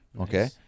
Okay